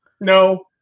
no